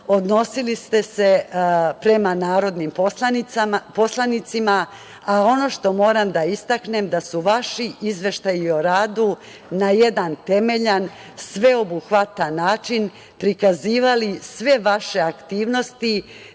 odnosili ste se prema narodnim poslanicima, a ono što moram da istaknem je da su vaši izveštaji o radu na jedan temeljan, sveobuhvatan način prikazivali sve vaše aktivnosti,